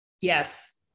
Yes